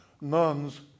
nuns